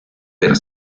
per